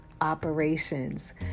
operations